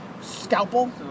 scalpel